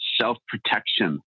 self-protection